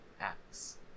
acts